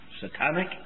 satanic